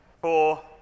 Four